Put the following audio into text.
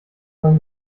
man